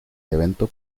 evento